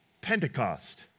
Pentecost